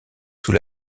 sous